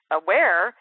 aware